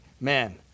man